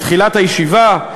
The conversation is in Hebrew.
בתחילת הישיבה,